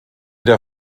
der